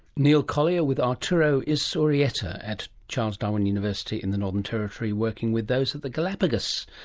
neil collier with arturo izurieta at charles darwin university in the northern territory working with those at the galapagos.